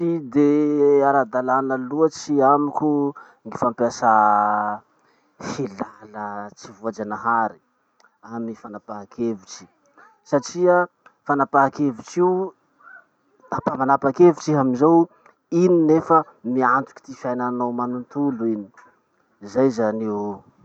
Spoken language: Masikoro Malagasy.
Tsy de ara-dalana loatsy amiko ny fampiasà hilala tsy voajanahary amy fanapaha-kevitry satria fanapahakevitry io, manapakevitry iha amizao, iny nefa miantoky ty fiainanao manontolo iny. Zay zany io.